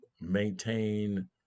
maintain